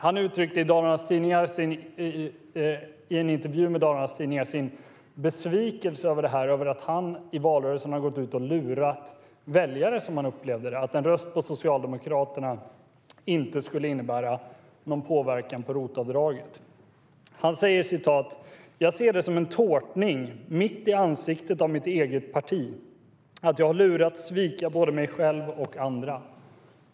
Han har i en intervju med Dalarnas Tidningar uttryckt sin besvikelse över att han i valrörelsen har gått ut och lurat väljare, som han upplevde det. En röst på Socialdemokraterna skulle inte innebära någon påverkan på ROT-avdraget. Han säger: "Jag ser det som en 'tårtning' mitt i ansiktet av mitt eget parti. Att jag lurats att svika både mig själv och andra".